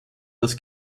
das